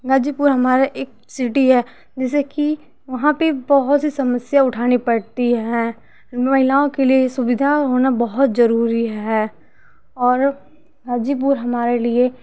गाजीपुर हमारा एक सिटी है जैसे कि वहाँ पर बहुत सी समस्या उठानी पड़ती है महिलाओं के लिए सुविधा होना बहुत जरूरी है और गाजीपुर हमारे लिए